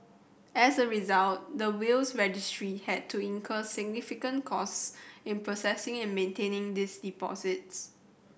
as a result the Wills Registry had to incur significant cost in processing and maintaining these deposits